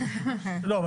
לא,